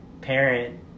parent